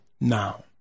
now